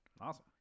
awesome